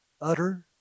Utter